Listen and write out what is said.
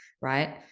right